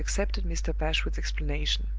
and accepted mr. bashwood's explanation.